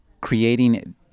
creating